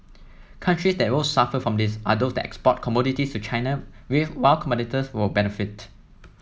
countries that will suffer from this are those that export commodities to China while competitors will benefit